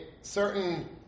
certain